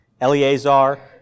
Eleazar